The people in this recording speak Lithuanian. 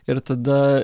ir tada